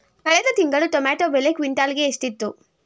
ಕಳೆದ ತಿಂಗಳು ಟೊಮ್ಯಾಟೋ ಬೆಲೆ ಕ್ವಿಂಟಾಲ್ ಗೆ ಎಷ್ಟಿತ್ತು?